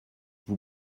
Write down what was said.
vous